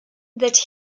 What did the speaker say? that